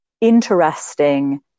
interesting